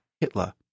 Hitler